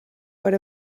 per